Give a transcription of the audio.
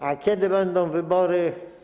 A kiedy będą wybory?